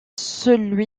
celui